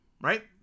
right